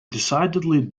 decidedly